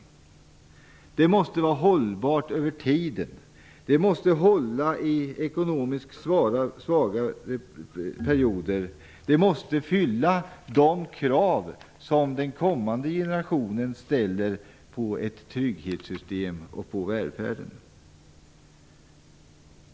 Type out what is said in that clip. Det måste vara hållbart över tiden. Det måste hålla i ekonomiskt svaga perioder. Det måste fylla de krav som den kommande generationen ställer på ett trygghetssystem och på välfärden.